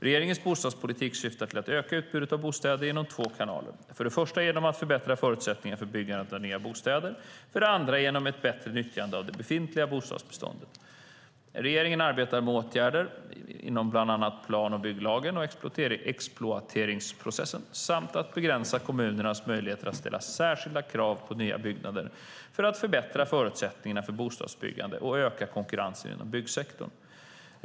Regeringens bostadspolitik syftar till att öka utbudet av bostäder genom två kanaler: för det första genom att förbättra förutsättningarna för byggandet av nya bostäder, för det andra genom ett bättre utnyttjande av det befintliga bostadsbeståndet. Regeringen arbetar med åtgärder inom bland annat plan och bygglagen och exploateringsprocessen och med att begränsa kommunernas möjligheter att ställa särskilda krav på nya byggnader för att förbättra förutsättningarna för bostadsbyggande och öka konkurrensen inom byggsektorn.